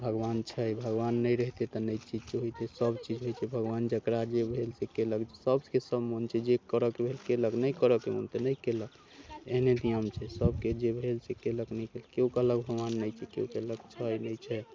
भगवान छै भगवान नहि रहितै तऽ नहि किछु होइतै सब चिन्है छै भगवान जकरा जे भेल से केलक सबके सब मन छै जे करऽके भेल कयलक नहि करैके मोन तऽ नहि केलक एहने नियम छै सबके जे भेलसे केलक केओ कहलक भगवान नहि छै केओ कहलक छै नहि छै